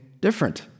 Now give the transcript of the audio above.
different